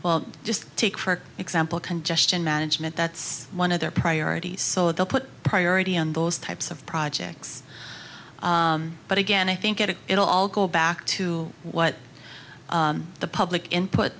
additional just take for example congestion management that's one of their priorities so they'll put priority on those types of projects but again i think it it'll all go back to what the public input